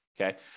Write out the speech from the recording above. Okay